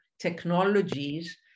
technologies